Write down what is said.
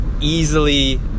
easily